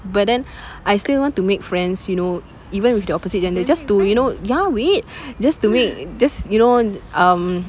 but then I still want to make friends you know even with the opposite gender just to you know ya wait just to make just you know um